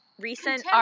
recent